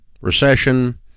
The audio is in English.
recession